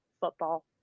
football